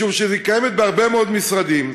משום שהיא קיימת בהרבה מאוד משרדים,